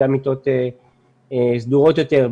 גם מיטות סדורות יותר,